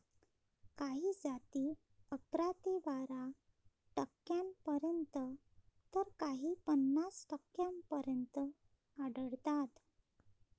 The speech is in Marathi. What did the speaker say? काही जाती अकरा ते बारा टक्क्यांपर्यंत तर काही पन्नास टक्क्यांपर्यंत आढळतात